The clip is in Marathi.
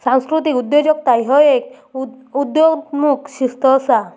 सांस्कृतिक उद्योजकता ह्य एक उदयोन्मुख शिस्त असा